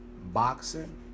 Boxing